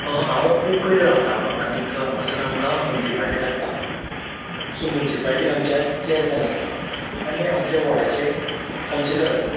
हांव कुकळे रावतां आनीक हांगासर आमकां मुन्सिपाल्टी लागता सो मुन्सिपाल्टीक आमच्या चॅरमॅन आसता आनी आमच्या वॉडाचे कांवसिलर आसता